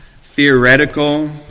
theoretical